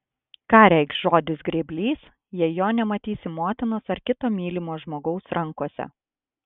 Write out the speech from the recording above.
ką reikš žodis grėblys jei jo nematysi motinos ar kito mylimo žmogaus rankose